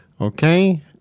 Okay